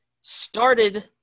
Started